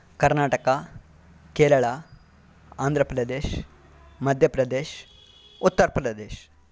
Karnataka Kerala Andhra Pradesh Madhya Pradesh Uttar Pradesh